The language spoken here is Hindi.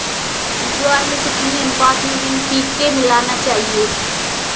ज्वार में कितनी अनुपात में एन.पी.के मिलाना चाहिए?